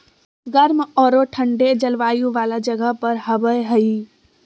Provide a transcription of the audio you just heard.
गर्म औरो ठन्डे जलवायु वाला जगह पर हबैय हइ